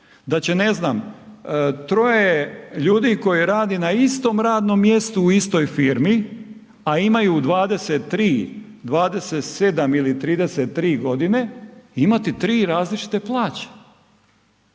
da će ne znam, troje ljudi koji radi na istom radnom mjestu u istoj firmi a imaju 23, 27 ili 33 g., imati tri različite plaće